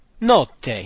notte